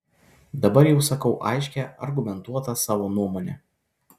dabar jau sakau aiškią argumentuotą savo nuomonę